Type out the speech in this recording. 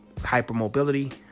hypermobility